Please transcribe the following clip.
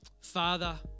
Father